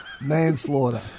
manslaughter